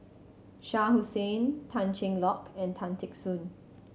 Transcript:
Shah Hussain Tan Cheng Lock and Tan Teck Soon